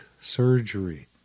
surgery